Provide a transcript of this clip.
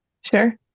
Sure